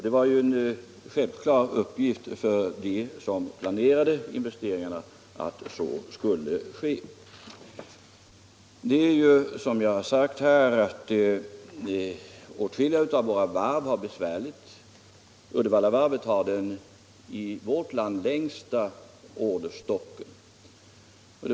Det var en självklar uppgift för dem som planerade investeringarna att så skulle ske. Som jag har sagt har åtskilliga av våra varv besvärligheter. Uddevallavarvet har den i vårt land längsta orderstocken.